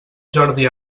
jordi